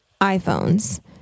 iPhones